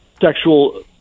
sexual